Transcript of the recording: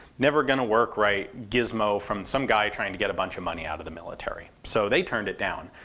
never going to work right, gizmo from some guy trying to get a bunch of money out of the military. so they turned it down.